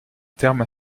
terme